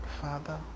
Father